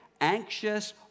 anxious